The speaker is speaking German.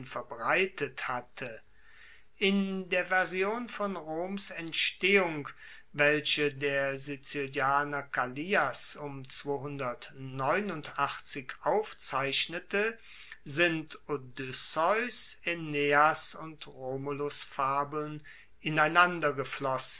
verbreitet hatte in der version von roms entstehung welche der sizilianer kallias aufzeichnete sind odysseus aeneas und romulusfabeln